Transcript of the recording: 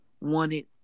wanted